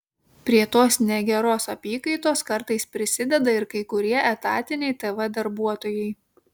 prie tos negeros apykaitos kartais prisideda ir kai kurie etatiniai tv darbuotojai